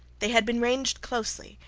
they had been ranged closely,